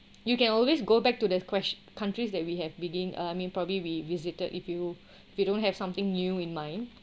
you can always go back to that ques~ countries that we have begin uh I mean probably we visited if you if you don't have something new in mind